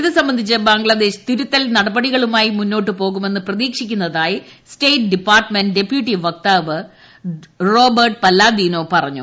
ഇത് സംബന്ധിച്ച് ബംഗ്ലാദേശ് തിരുത്തൽ നടപടികളുമായി മുന്നോട്ട് പോകുമെന്ന് പ്രതീക്ഷിക്കുന്നതായി സ്റ്റേറ്റ് ഡിപ്പാർട്ട്മെന്റ് ഡെപ്യൂട്ടി വക്താവ് റോബർട്ട് പല്ലാദിനോ പറഞ്ഞു